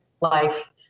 life